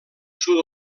sud